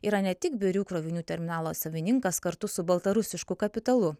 yra ne tik birių krovinių terminalo savininkas kartu su baltarusišku kapitalu